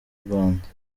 rwanda